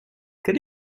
quel